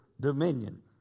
dominion